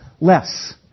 less